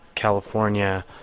california,